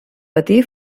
patí